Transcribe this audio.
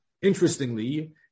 Interestingly